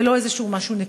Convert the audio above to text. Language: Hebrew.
ולא איזשהו משהו נקודתי: